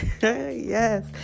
Yes